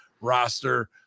roster